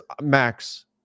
Max